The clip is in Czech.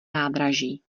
nádraží